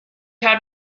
had